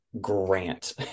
grant